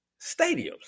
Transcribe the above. stadiums